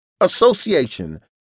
association